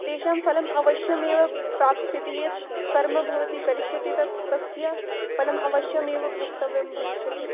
तेषां फलमवश्यमेव प्राप्स्यति यत् कर्म भवति करिष्यति तत् तस्य फलम् अवश्यमेव भोक्तव्यं भविष्यति